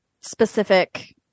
specific